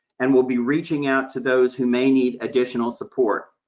and will be reaching out to those who may need additional support.